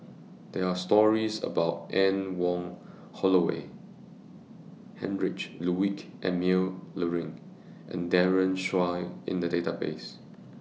There Are stories about Anne Wong Holloway Heinrich Ludwig Emil Luering and Daren Shiau in The Database